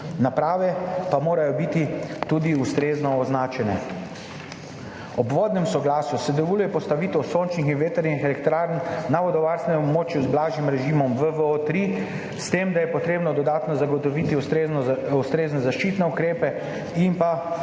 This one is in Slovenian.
naprave pa morajo biti tudi ustrezno označene. Ob vodnem soglasju se dovoljuje postavitev sončnih in vetrnih elektrarn na vodovarstvenem območju z blažjim režimom VVO III, s tem, da je treba dodatno zagotoviti ustrezne zaščitne ukrepe,